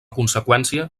conseqüència